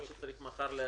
או שצריך מחר להניח,